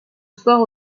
sport